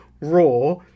Raw